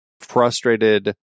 frustrated